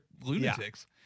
lunatics